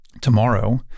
Tomorrow